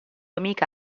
amica